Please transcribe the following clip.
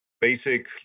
basic